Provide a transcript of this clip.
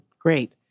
great